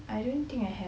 I don't think I have